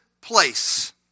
place